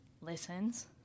listens